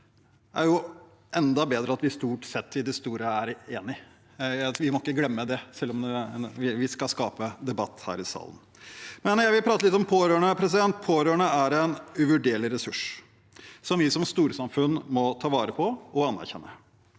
Det er jo enda bedre at vi stort sett er enige. Vi må ikke glemme det, selv om vi skal skape debatt her i salen. Jeg vil prate litt om pårørende. Pårørende er en uvurderlig ressurs som vi som storsamfunn må ta vare på og anerkjenne.